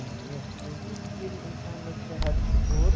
اہمیت کیونٛکہِ ییٚلہِ اِنسانَس صحت چھُ اوٚر